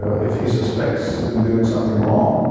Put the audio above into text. if he suspects them doing something wrong,